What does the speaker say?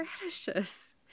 radishes